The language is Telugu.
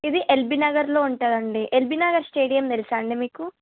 ఇది ఎల్బి నగర్లో ఉంటుందండి ఎల్బి నగర్ స్టేడియం తెలుసా అండి మీకు